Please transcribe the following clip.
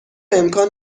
امکان